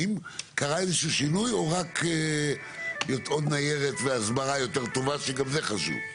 האם קרה איזשהו שינוי או רק עוד ניירת והסברה יותר טובה שגם זה חשוב?